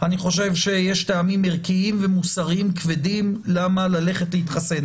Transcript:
אני חושב שיש טעמים ערכיים ומוסריים כבדים למה ללכת להתחסן,